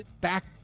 back